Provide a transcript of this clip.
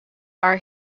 are